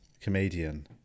comedian